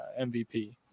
MVP